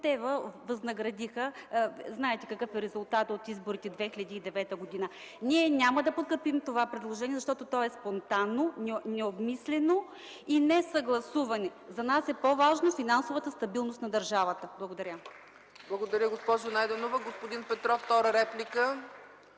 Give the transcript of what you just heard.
те ви възнаградиха – знаете какъв е резултатът от изборите през 2009 г. Ние няма да подкрепим това предложение, защото то е спонтанно, необмислено и несъгласувано. За нас е по-важна финансовата стабилност на държавата. Благодаря. ПРЕДСЕДАТЕЛ ЦЕЦКА ЦАЧЕВА: Благодаря, госпожо Ангелова. Господин Петров – втора реплика.